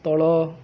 ତଳ